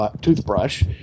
toothbrush